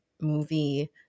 movie